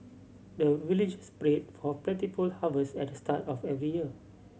the villagers pray for plentiful harvest at the start of every year